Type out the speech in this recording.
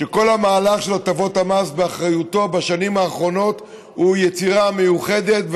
שכל המהלך של הטבות המס באחריותו בשנים האחרונות הוא יצירה מיוחדת,